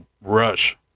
rush